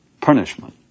punishment